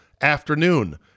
afternoon